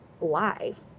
life